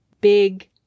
big